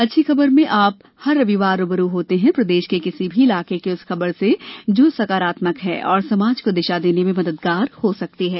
अच्छी खबर में आप हर रविवार रू ब रू होते हैं प्रदेश के किसी भी इलाके की उस खबर से जो सकारात्मक है और समाज को दिशा देने में मददगार हो सकती है